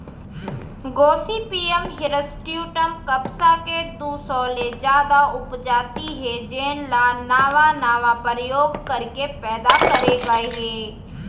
Gossypium हिरस्यूटॅम कपसा के दू सौ ले जादा उपजाति हे जेन ल नावा नावा परयोग करके पैदा करे गए हे